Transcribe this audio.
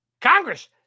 Congress